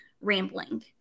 rambling